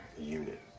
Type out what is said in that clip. unit